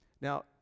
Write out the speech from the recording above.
Now